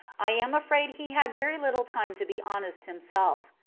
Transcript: i am afraid he had very little time to be honest himself.